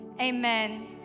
amen